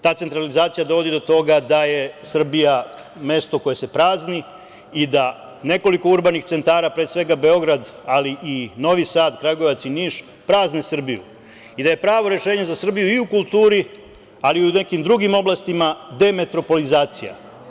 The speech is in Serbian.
Ta centralizacija dovodi do toga da je Srbija mesto koje se prazni i da nekoliko urbanih centara, pre svega Beograd, ali i Novi Sad, Kragujevac i Niš, prazne Srbiju i da je pravo rešenje za Srbiju i u kulturi, ali i u nekim drugim oblastima demetropolizacija.